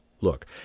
look